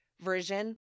version